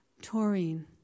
taurine